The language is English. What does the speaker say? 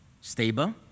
stable